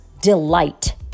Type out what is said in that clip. delight